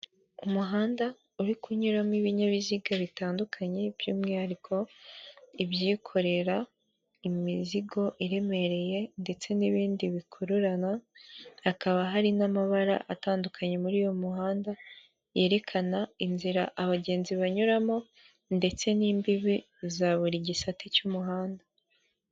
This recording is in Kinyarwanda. Umuhanda uri kunyuramo ibinyabiziga bitandukanye, by'umwihariko ibyikorera imizigo iremereye ndetse n'ibindi bikururana, hakaba hari n'amabara atandukanye muri uyu mihanda, yerekana inzira abagenzi banyuramo ndetse n'imbibi, za buri gisate cy'umuhanda.